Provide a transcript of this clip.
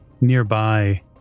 nearby